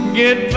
get